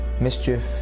mischief